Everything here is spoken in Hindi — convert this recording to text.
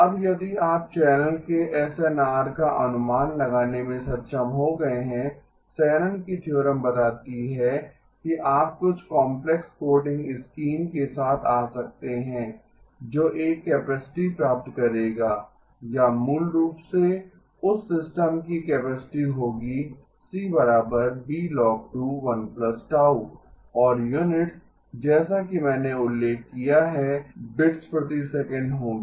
अब यदि आप चैनल के एसएनआर का अनुमान लगाने में सक्षम हो गए हैं शैनन की थ्योरम बताती है कि आप कुछ काम्प्लेक्स कोडिंग स्कीम के साथ आ सकते हैं जो एक कैपेसिटी प्राप्त करेगा या मूल रूप से उस सिस्टम की कैपेसिटी होगी C Blog2 1Γ और यूनिट्स जैसा कि मैंने उल्लेख किया है बिट्स प्रति सेकंड होगी